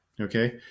Okay